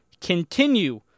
continue